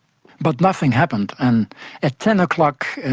but nothing happened. and at ten o'clock and